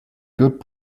good